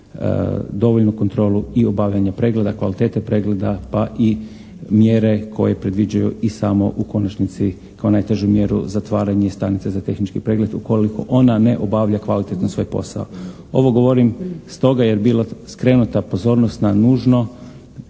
dovoljnu kontrolu i obavljanja pregleda, kvalitete pregleda pa i mjere koje predviđaju i samo u konačnici kao najtežu mjeru zatvaranje stanice za tehnički pregled ukoliko ona ne obavlja kvalitetno svoj posao. Ovo govorim stoga jer je bila skrenuta pozornost na nužno